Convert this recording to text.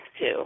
Two